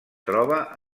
troba